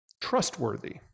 trustworthy